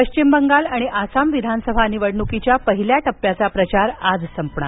पश्चिम बंगाल आणि आसाम विधानसभा निवडणुकीचा पहिल्या टप्प्याचा प्रचार आज संपणार